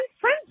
friends